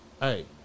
Hey